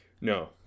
No